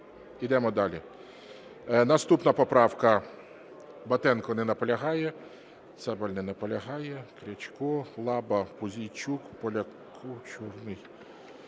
Наступна поправка,